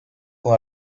con